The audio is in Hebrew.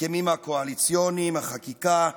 ההסכמים הקואליציוניים, החקיקה,